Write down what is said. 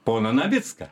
poną navicką